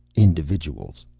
individuals.